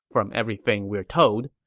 from everything we are told.